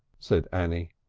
said annie.